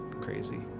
crazy